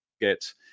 get